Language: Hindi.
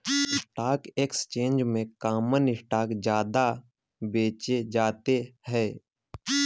स्टॉक एक्सचेंज में कॉमन स्टॉक ज्यादा बेचे जाते है